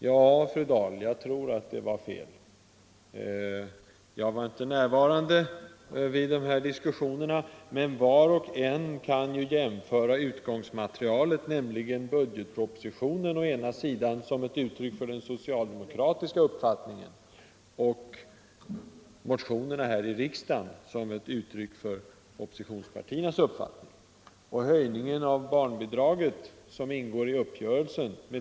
Ja, fru Dahl, jag tror att det var fel. Jag var inte närvarande vid de där diskussionerna, men var och en kan ju jämföra utgångsmaterialet, nämligen budgetpropositionen som ett uttryck för den socialdemokratiska uppfattningen och motionerna här i riksdagen som ett uttryck för op Ekonomiskt stöd åt positionspartiernas uppfattning. Höjningen av barnbidraget med 300 kr.